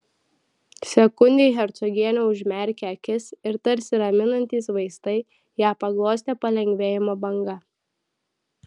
sekundei hercogienė užmerkė akis ir tarsi raminantys vaistai ją paglostė palengvėjimo banga